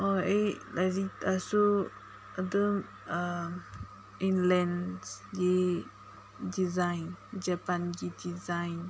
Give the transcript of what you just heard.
ꯑꯩ ꯂꯥꯏꯔꯤꯛꯇꯁꯨ ꯑꯗꯨꯝ ꯏꯟꯂꯦꯟꯁꯒꯤ ꯗꯤꯖꯥꯏꯟ ꯖꯥꯄꯥꯟꯒꯤ ꯗꯤꯖꯥꯏꯟ